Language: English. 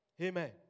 Amen